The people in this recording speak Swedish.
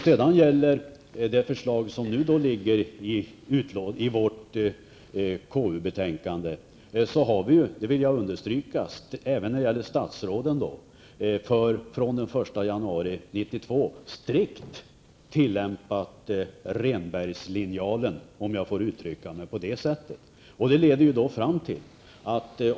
Vad gäller förslaget i det KU-betänkande vi nu debatterar har vi -- det vill jag understryka -- även för statsrådens löner från och med den 1 januari 1992 strikt tillämpat Rehnbergslinjalen.